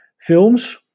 films